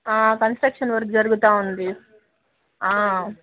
construction work జరుగుతూ ఉంది